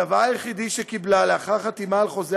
הדבר היחיד שקיבלה לאחר חתימה על חוזה